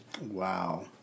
Wow